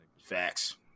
facts